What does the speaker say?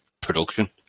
production